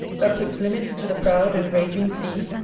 that puts limits to the proud and raging sea,